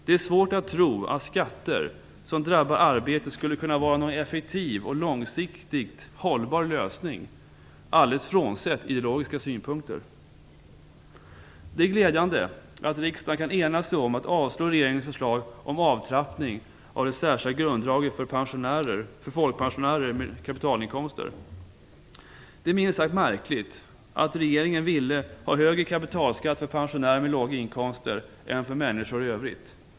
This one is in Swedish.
Det är svårt att tro att skatter som drabbar arbete skulle kunna vara någon effektiv och långsiktigt hållbar lösning alldeles frånsett ideologiska synpunkter. Det är glädjande att riksdagen kan ena sig om att avslå regeringens förslag om avtrappning av det särskilda grundavdraget för folkpensionärer med kapitalinkomster. Det är minst sagt märkligt att regeringen ville ha högre kapitalskatt för pensionärer med låga inkomster än för människor i övrigt.